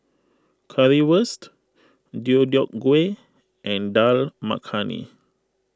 Currywurst Deodeok Gui and Dal Makhani